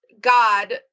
God